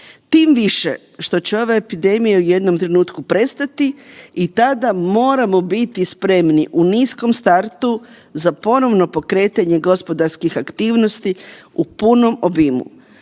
tim više što će ova epidemija u jednom trenutku prestati i tada moramo biti spremni u niskom startu za ponovno pokretanje gospodarskih aktivnosti u punom obimu.